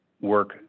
work